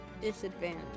disadvantage